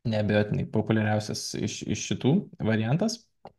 neabejotinai populiariausias iš iš šitų variantas